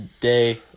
day